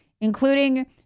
including